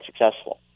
successful